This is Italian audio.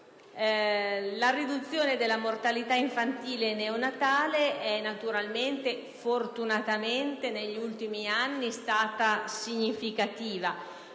La riduzione della mortalità infantile neonatale, fortunatamente, negli ultimi anni è stata significativa;